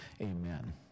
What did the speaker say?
amen